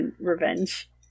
revenge